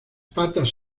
patas